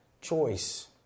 choice